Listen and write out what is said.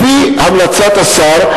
לפי המלצת השר,